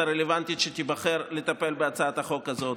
הרלוונטית שתיבחר לטפל בהצעת החוק הזאת,